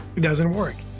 it doesn't work.